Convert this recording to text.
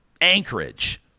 anchorage